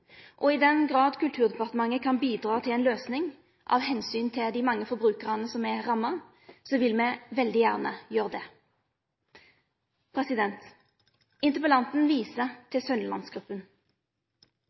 og i den grad Kulturdepartementet kan bidra til ei løysing, med omsyn til dei mange forbrukarane som er ramma, vil me veldig gjerne gjere det. Interpellanten viser